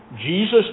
Jesus